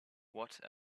what